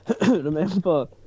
remember